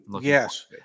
Yes